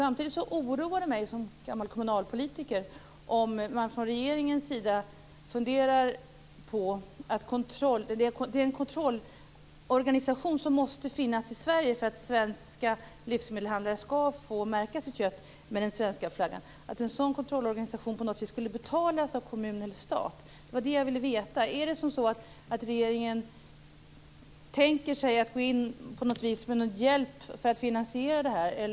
Samtidigt oroar det mig som före detta kommunalpolitiker om man från regeringen funderar på att den kontrollorganisation som måste finnas i Sverige för att svenska livsmedelshandlare skall få märka sitt kött med den svenska flaggan skulle betalas av stat eller kommun. Det är det som jag vill veta. Tänker sig regeringen att gå in med hjälp för att finansiera kontrollorganisationen?